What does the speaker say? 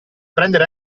prendere